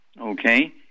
Okay